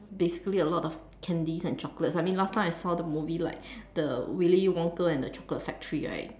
basically a lot of candies and chocolates I mean last time I saw the movie like the Willy Wonka and the chocolate factory right